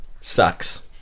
Sucks